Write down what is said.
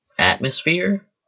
atmosphere